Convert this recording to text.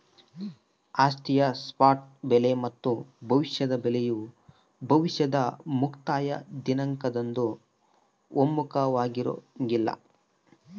ಆಸ್ತಿಯ ಸ್ಪಾಟ್ ಬೆಲೆ ಮತ್ತು ಭವಿಷ್ಯದ ಬೆಲೆಯು ಭವಿಷ್ಯದ ಮುಕ್ತಾಯ ದಿನಾಂಕದಂದು ಒಮ್ಮುಖವಾಗಿರಂಗಿಲ್ಲ